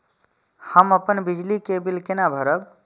हम अपन बिजली के बिल केना भरब?